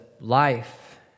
life